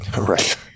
Right